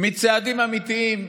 מצעדים אמיתיים,